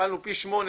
פי 8,